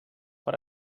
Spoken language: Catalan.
per